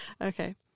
Okay